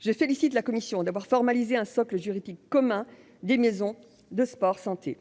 Je félicite la commission d'avoir formalisé un socle juridique commun des maisons sport-santé.